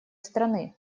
страны